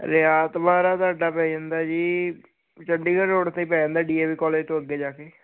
ਰਿਆਤਬਾਰ ਆ ਤੁਹਾਡਾ ਪੈ ਜਾਂਦਾ ਜੀ ਚੰਡੀਗੜ੍ਹ ਰੋਡ ਤੇ ਪੈ ਜਾਂਦਾ ਡੀ ਏ ਵੀ ਕਾਲਜ ਤੋਂ ਅੱਗੇ ਜਾ ਕੇ